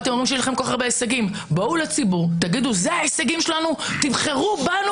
כהונתו מחליטים להגיש נגדו כתב אישום האם צריך להמשיך בתפקידו או לא.